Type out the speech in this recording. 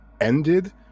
ended